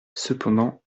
cependant